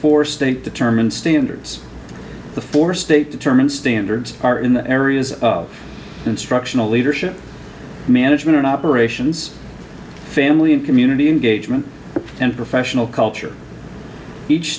for state determined standards for state determined standards are in the areas of instructional leadership management operations family and community engagement and professional culture each